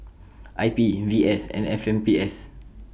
I P V S and F M P S